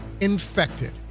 Infected